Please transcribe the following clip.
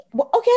Okay